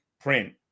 print